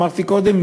אמרתי קודם,